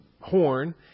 horn